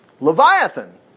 Leviathan